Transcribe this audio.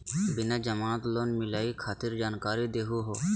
बिना जमानत लोन मिलई खातिर जानकारी दहु हो?